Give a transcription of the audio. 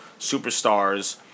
superstars